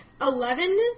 Eleven